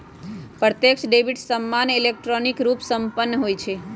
प्रत्यक्ष डेबिट सामान्य इलेक्ट्रॉनिक रूपे संपन्न होइ छइ